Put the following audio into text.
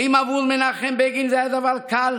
האם עבור מנחם בגין זה היה דבר קל